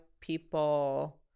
people